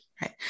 right